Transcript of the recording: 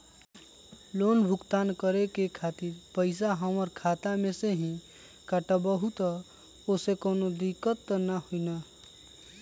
Loan भुगतान करे के खातिर पैसा हमर खाता में से ही काटबहु त ओसे कौनो दिक्कत त न होई न?